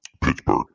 Pittsburgh